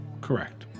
Correct